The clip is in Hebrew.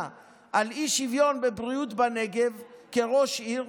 על אי-שוויון בבריאות בנגב כראש עיר,